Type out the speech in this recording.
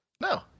No